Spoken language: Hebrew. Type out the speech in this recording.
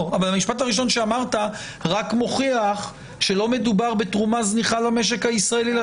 הראשון שאמרת רק מוכיח שלא מדובר בתרומה זניחה למשק הישראלי,